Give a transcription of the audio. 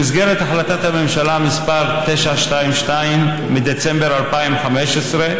במסגרת החלטת הממשלה מס' 922 מדצמבר 2015,